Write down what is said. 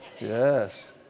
Yes